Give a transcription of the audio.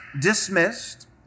dismissed